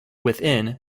within